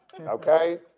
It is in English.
Okay